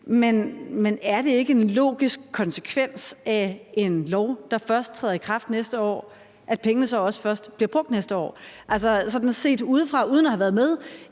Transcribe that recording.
Men er det ikke en logisk konsekvens af en lov, der først træder i kraft næste år, at pengene så også først bliver brugt næste år? Set sådan udefra og uden at have været med